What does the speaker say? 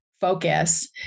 focus